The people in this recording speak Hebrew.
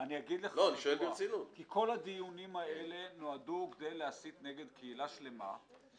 כי כל הדיונים האלה נועדו להסית נגד קהילה שלמה -- רוצחים.